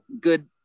good